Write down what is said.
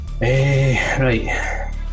Right